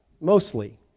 mostly